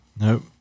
Nope